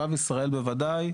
תושב ישראל בוודאי,